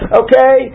okay